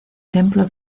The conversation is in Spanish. templo